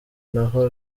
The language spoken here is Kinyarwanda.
ntaho